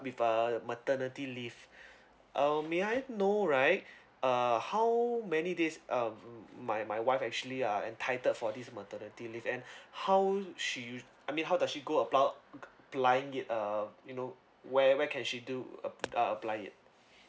with uh maternity leave uh may I know right uh how many days um my my wife actually are entitled for this maternity leave and how she I mean how does she go about applying it uh you know where where can she do uh apply it